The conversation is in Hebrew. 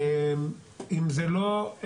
אם זה לא,